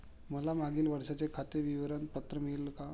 मला मागील वर्षाचे खाते विवरण पत्र मिळेल का?